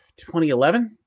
2011